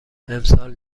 امسال